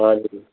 हजुर